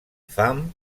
fams